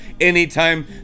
anytime